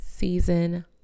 season